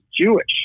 Jewish